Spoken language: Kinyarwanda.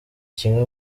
kimwe